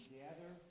gather